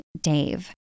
Dave